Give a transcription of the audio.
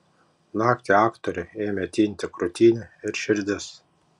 naktį aktoriui ėmė tinti krūtinė ir širdis